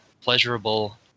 pleasurable